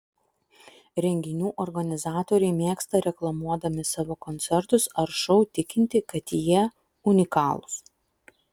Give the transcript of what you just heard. renginių organizatoriai mėgsta reklamuodami savo koncertus ar šou tikinti kad jie unikalūs